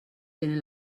tenen